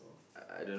I don't know